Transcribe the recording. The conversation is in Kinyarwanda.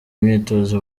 imyitozo